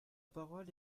parole